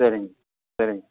சரிங்க சரிங்க